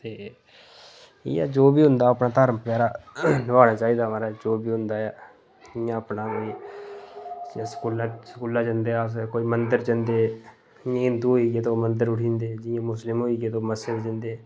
ते इ'यां जो बी होंदा ओह् अपने धर्म बगैरा होना चाहिदा म्हाराज जो बी होंदा ऐ ते इ'यां स्कूला जंदे अस कोई मंदर जंदे ते जि'यां हिंदु होइयै ओह् मंदर उठी जंदे ते मुस्लिम होइयै ते ओह् मस्जिद जंदे